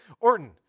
Orton